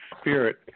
spirit